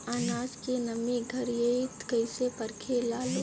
आनाज के नमी घरयीत कैसे परखे लालो?